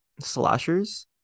slashers